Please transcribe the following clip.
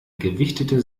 gewichtete